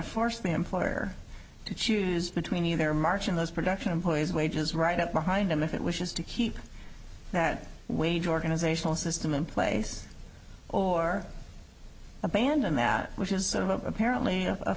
to force the employer to choose between either march and those production employees wages right up behind them if it wishes to keep that wage organizational system in place or abandon that which is apparently